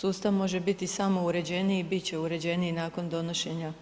Sustav može biti samo uređeniji i bit će uređeniji nakon donošenja